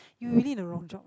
you really the wrong job